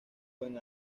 buen